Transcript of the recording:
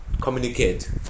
communicate